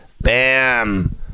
Bam